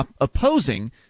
opposing